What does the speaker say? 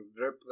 drip